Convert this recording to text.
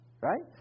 Right